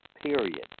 period